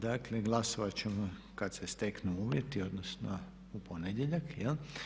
Dakle, glasovat ćemo kad se steknu uvjeti odnosno u ponedjeljak.